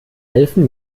helfen